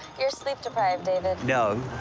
you're sleep deprived, david. no.